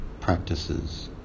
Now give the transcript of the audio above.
practices